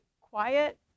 quiet